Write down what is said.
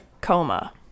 coma